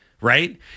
right